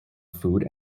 food